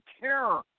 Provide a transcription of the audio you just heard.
terror